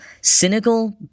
cynical